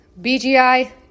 BGI